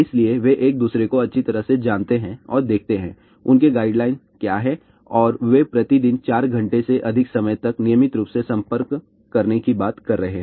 इसलिए वे एक दूसरे को अच्छी तरह से जानते हैं और देखते हैं उनके गाइडलाइन क्या हैं और वे प्रति दिन चार घंटे से अधिक समय तक नियमित रूप से संपर्क करने की बात कर रहे हैं